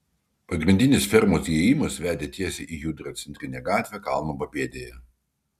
pagrindinis fermos įėjimas vedė tiesiai į judrią centrinę gatvę kalno papėdėje